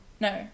No